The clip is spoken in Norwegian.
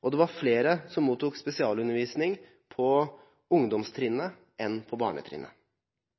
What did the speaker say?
og det var flere som mottok spesialundervisning på ungdomstrinnet enn på barnetrinnet.